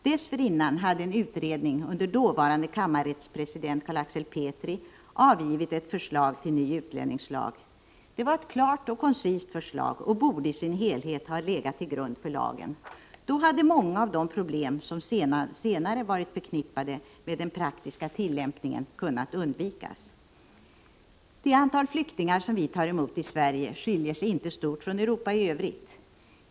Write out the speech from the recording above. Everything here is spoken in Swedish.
Dessförinnan hade en utredning under dåvarande kammarrättspresident Carl Axel Petri avgivit ett förslag till ny utlänningslag. Det var ett klart och koncist förslag och borde i sin helhet ha legat till grund för lagen. Då hade många av de problem som senare varit förknippade med den praktiska tillämpningen kunnat undvikas. Det antal flyktingar som vi tar emot i Sverige skiljer sig inte stort från Europa i övrigt.